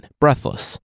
breathless